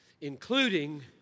including